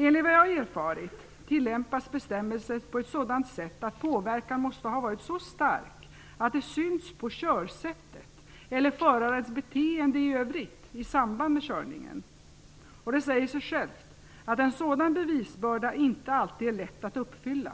Enligt vad jag har erfarit tillämpas bestämmelsen på ett sådant sätt att påverkan måste ha varit så stark att det synts på körsättet eller förarens beteende i övrigt i samband med körningen. Det säger sig självt att en sådan bevisbörda inte alltid är lätt att uppfylla.